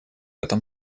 этом